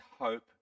hope